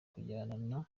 kujyana